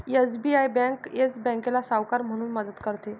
SBI bank Yes बँकेला सावकार म्हणून मदत करते